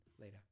later